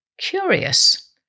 Curious